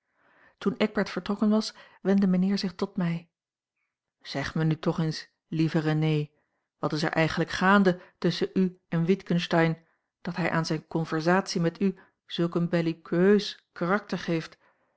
toen eckbert vertrokken was wendde mijnheer zich tot mij zeg mij nu toch eens lieve renée wat is er eigenlijk gaande tusschen u en witgensteyn dat hij aan zijne conversatie met u zulk een belliqueus karakter geeft